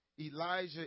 Elijah